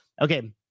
Okay